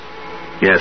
Yes